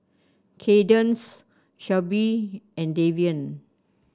Kadence Shelby and Davian